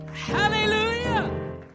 Hallelujah